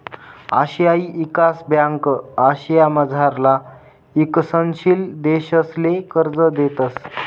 आशियाई ईकास ब्यांक आशियामझारला ईकसनशील देशसले कर्ज देतंस